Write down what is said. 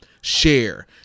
share